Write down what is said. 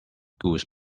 goose